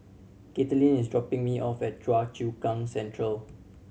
Katelin is dropping me off at Choa Chu Kang Central